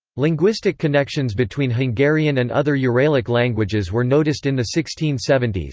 linguistic connections between hungarian and other yeah uralic languages were noticed in the sixteen seventy s,